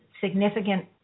significant